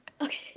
okay